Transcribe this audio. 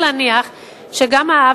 ברכה.